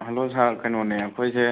hello sir ꯀꯩꯅꯣꯅꯦ ꯑꯩꯈꯣꯏꯒꯤ